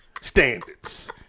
standards